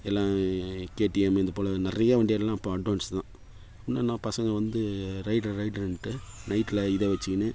எல்லா கேடிஎம்மு இது போல் நிறைய வண்டி எல்லாம் இப்போ அட்வான்ஸ் தான் இன்னும் என்ன பசங்க வந்து ரைடர் ரைடருன்ட்டு நைட்டில் இதை வெச்சுக்கினு